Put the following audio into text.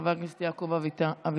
חבר הכנסת יעקב אביטן,